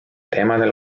teemadel